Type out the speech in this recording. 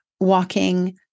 walking